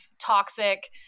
toxic